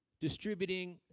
Distributing